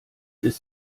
ist